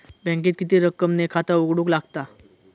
बँकेत किती रक्कम ने खाता उघडूक लागता?